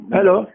Hello